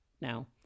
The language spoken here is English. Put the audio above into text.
Now